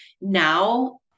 Now